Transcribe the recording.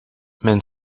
mijn